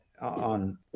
on